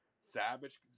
Savage